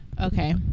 okay